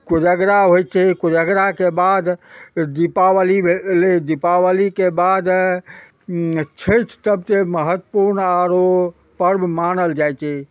कोजगरा होइ छै कोजगराके बाद दीपावली भेलय दीपावलीके बाद छैठ सबसँ महत्वपूर्ण आरो पर्व मानल जाइ छै